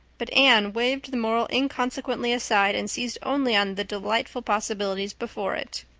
but anne waved the moral inconsequently aside and seized only on the delightful possibilities before it.